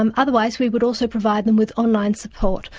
um otherwise we would also provide them with online support.